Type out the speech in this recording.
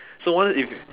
so all if you